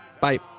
Bye